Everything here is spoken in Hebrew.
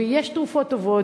ויש תרופות טובות,